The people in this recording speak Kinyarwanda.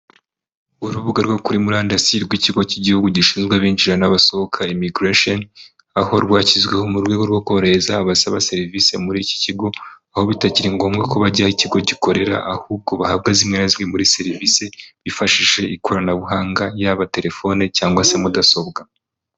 Urubuga rwo kuri murandasi rw'ikigo cy'igihugu gishinzwe abinjira n'abasohoka Imigirasheni, aho rwashyizweho mu rwego rwo korohereza abasaba serivisi muri iki kigo, aho bitakiri ngombwa ko bajya aho ikigo gikorera ahubwo bahabwa zimwe na zimwe muri serivisi bifashishije ikoranabuhanga yaba telefone cyangwa se mudasobwa.